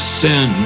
sin